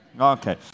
Okay